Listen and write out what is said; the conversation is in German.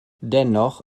dennoch